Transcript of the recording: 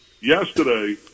Yesterday